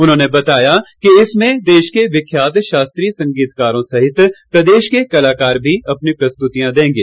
उन्होंने बताया कि इसमें देश के विख्यात शास्त्रीय संगीतकारों सहित प्रदेश के कलाकार भी अपनी प्रस्तुतियां देंगे